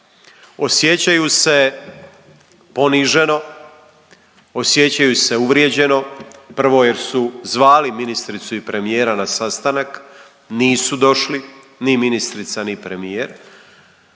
Osjećaju se poniženo, osjećaju se uvrijeđeno prvo jer su zvali ministricu i premijera na sastanak, nisu došli ni ministrica, ni premijer.